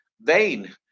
vain